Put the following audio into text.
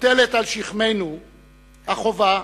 מוטלת על שכמנו החובה